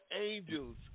angels